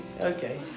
Okay